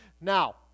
Now